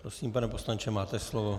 Prosím, pane poslanče, máte slovo.